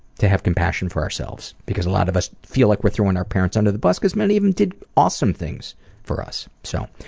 to have compassion for ourselves. because a lot of us feel like we're throwing our parents under the bus because many of them did awesome things for us. so,